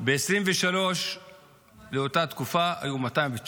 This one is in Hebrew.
ב-2023 באותה תקופה היו 219,